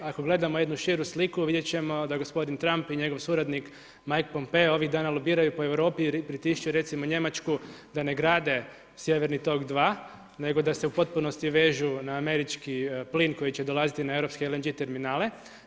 Ako gledamo jednu širu sliku, vidjet ćemo da gospodin Trump i njegov suradnik Mike Pompeo ovih dana lobiraju po Europi i pritišću recimo Njemačku da ne grade Sjeverni tok 2 nego da se u potpunosti vežu na američki pin koji će dolaziti na europske LNG terminale.